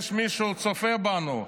יש מישהו שצופה בנו,